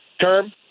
term